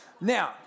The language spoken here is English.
Now